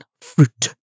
fruit